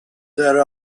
there